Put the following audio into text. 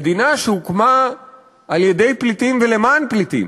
מדינה שהוקמה על-ידי פליטים ולמען פליטים,